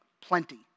plenty